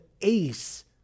Ace